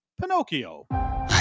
Pinocchio